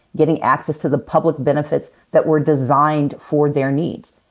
getting access to the public benefits that were designed for their needs.